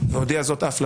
זה מענה על שאלה.